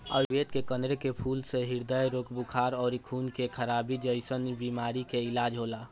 आयुर्वेद में कनेर के फूल से ह्रदय रोग, बुखार अउरी खून में खराबी जइसन बीमारी के इलाज होला